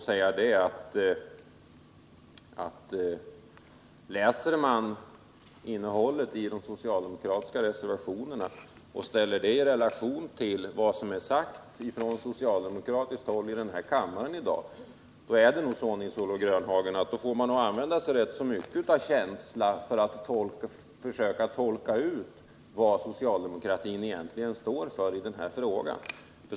Studerar man innehållet i de socialdemokratiska reservationerna och ställer det i relation till vad som har sagts från socialdemokra tiskt håll i kammaren i dag, får man nog, Nils-Olof Grönhagen, använda sig rätt mycket av känslan för att kunna tolka vad socialdemokratin egentligen står för i denna fråga.